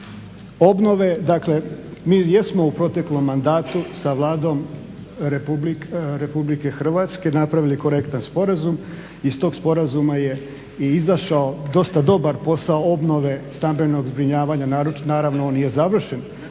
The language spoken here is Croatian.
obnove, dakle mi jesmo u proteklom mandatu sa Vladom Republike Hrvatske napravili korektan sporazum. Iz tog sporazuma je i izašao dosta dobar posao obnove stambenog zbrinjavanja, naravno on nije završen,